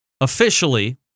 officially